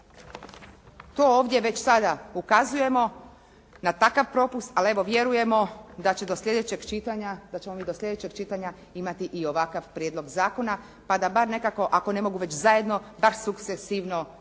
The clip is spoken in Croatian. To ovdje već sada ukazujemo na takav propust, ali evo vjerujemo da će do sljedećeg čitanja, da ćemo mi do sljedećeg čitanja imati i ovakav prijedlog zakona pa da bar nekako ako ne mogu već zajedno, bar sukcesivno nastupe